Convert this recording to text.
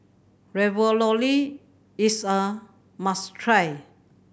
ravioli is a must try